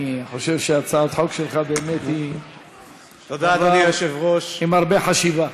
אני חושב שהצעת החוק שלך היא באמת עם הרבה חשיבה.